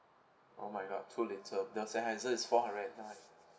oh my god so little the sennheiser is four hundred and nine